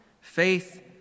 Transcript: Faith